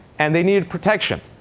and they needed protection.